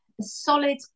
solid